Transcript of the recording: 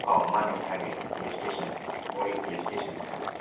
ꯑꯥꯎ ꯃꯥꯅꯦ ꯍꯥꯏꯕꯤꯌꯨ ꯄꯨꯂꯤꯁ ꯏꯁꯇꯦꯁꯟ ꯃꯣꯔꯦ ꯄꯨꯂꯤꯁ ꯏꯁꯇꯦꯁꯟꯅꯦ ꯍꯥꯏꯕꯤꯌꯨ